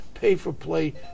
pay-for-play